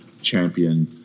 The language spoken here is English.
Champion